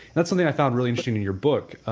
that's something i found really interesting in your book.